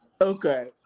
Okay